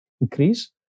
increase